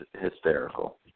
hysterical